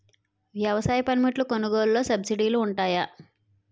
వ్యవసాయ పనిముట్లు కొనుగోలు లొ సబ్సిడీ లు వుంటాయా?